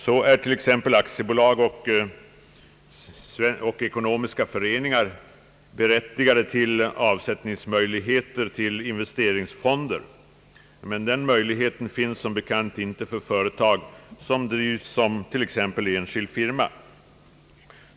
Så är t.ex. aktiebolag och ekonomiska föreningar berättigade att göra avsättningar till investeringsfonder. Den :möjligheten finns som bekant inte för företag som drivs exempelvis i form av enskild firma.